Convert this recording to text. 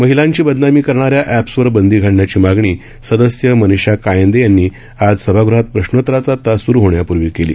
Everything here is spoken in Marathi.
महिलांची बदनामी करणाऱ्या एप्सवर बंदी घालण्याची मागणी सदस्य मनीषा कायंदे यांनी आज सभागृहात प्रश्नोतराचा तास सुरू होण्यापूर्वी केली